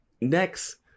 Next